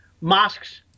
mosques